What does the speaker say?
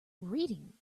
reading